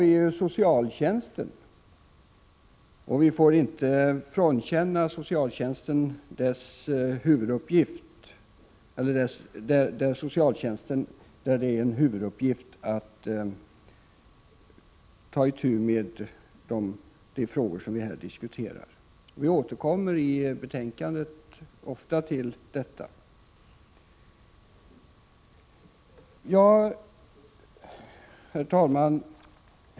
Vi har vidare socialtjänsten, vars huvuduppgift är att ta itu med de frågor vi här diskuterar. Vi återkommer i betänkandet ofta till detta. Herr talman!